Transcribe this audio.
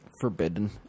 forbidden